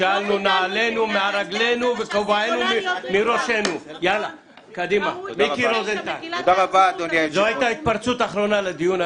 הקואליציה דחתה את ההצעה.